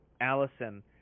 Allison